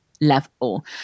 level